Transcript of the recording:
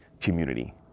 community